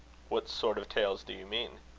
what sort of tales do you mean?